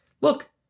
Look